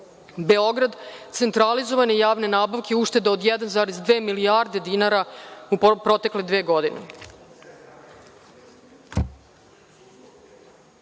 Beograd centralizovane javne nabavke, ušteda od 1,2 milijarde dinara u protekle dve godine. Možemo